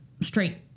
straight